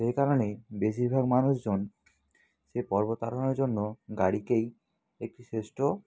সেই কারণেই বেশিরভাগ মানুষজন সেই পর্বত আরোহণের জন্য গাড়িকেই একটি শ্রেষ্ঠ